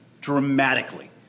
dramatically